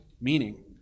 meaning